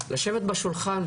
לשבת בשולחן,